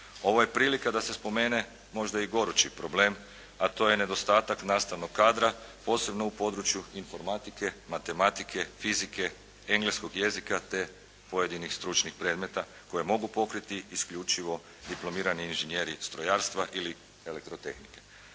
Ovo je prilika da se spomene možda i gorući problem, a to je nedostatak nastavnog kadra, posebno u području informatike, matematike, fizike, engleskoj jezika, te pojedinih stručnih predmeta koje mogu pokriti isključivo diplomirani inženjeri strojarstva ili elektrotehnike.